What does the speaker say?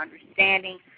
understanding